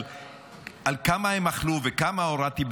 על כמה הם אכלו וכמה הורדתי,